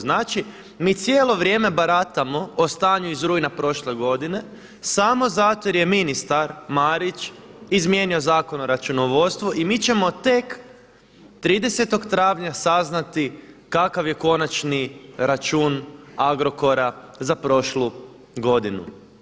Znači mi cijelo vrijeme baratamo o stanju iz rujna prošle godine samo zato jer je ministar Marić izmijenio Zakon o računovodstvu i mi ćemo tek 30. travnja saznati kakav je konačni račun Agrokora za prošlu godinu.